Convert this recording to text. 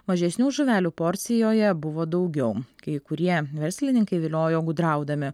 mažesnių žuvelių porcijoje buvo daugiau kai kurie verslininkai viliojo gudraudami